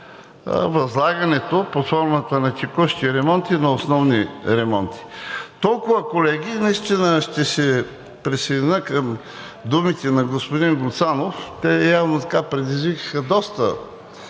възлагането под формата на текущи ремонти, на основни ремонти. Толкова, колеги. Наистина ще се присъединя към думите на господин Гуцанов, те явно предизвикаха доста